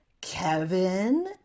Kevin